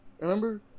Remember